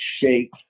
shake